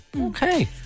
okay